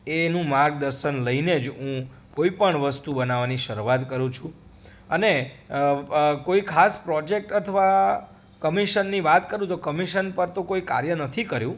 એનું માર્ગદર્શન લઈને જ હું કોઈ પણ વસ્તુ બનાવાની શરૂઆત કરું છું અને કોઈ ખાસ પ્રોજેક્ટ અથવા કમિશનની વાત કરું તો કમિશન પર તો કોઈ કાર્ય નથી કર્યુ